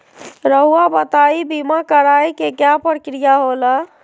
रहुआ बताइं बीमा कराए के क्या प्रक्रिया होला?